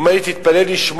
הוא אומר לי, תתפלא לשמוע: